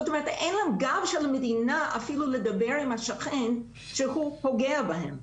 אין להם גב של המדינה לדבר עם השכן שפוגע בהם.